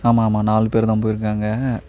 ஆமாம்மா நாலு பேர்தான் போயிருக்காங்க